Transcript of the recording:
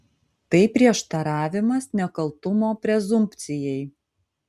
tai prieštaravimas nekaltumo prezumpcijai